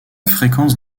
fréquence